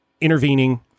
intervening